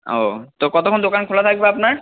ও তো কতখণ দোকান খোলা থাকবে আপনার